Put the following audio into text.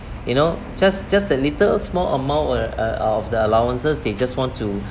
you know just just the little small amount or uh out of the allowances they just want to